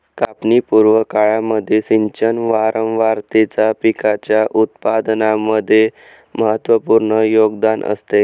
कापणी पूर्व काळामध्ये सिंचन वारंवारतेचा पिकाच्या उत्पादनामध्ये महत्त्वपूर्ण योगदान असते